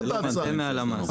זה מהלמ"ס.